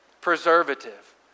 preservative